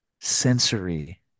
sensory